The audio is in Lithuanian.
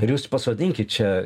ir jūs pasodinkit čia